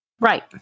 Right